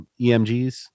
EMGs